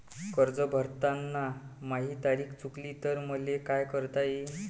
कर्ज भरताना माही तारीख चुकली तर मले का करता येईन?